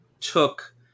took